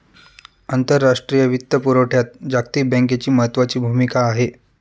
आंतरराष्ट्रीय वित्तपुरवठ्यात जागतिक बँकेची महत्त्वाची भूमिका आहे